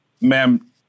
Ma'am